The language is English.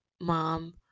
mom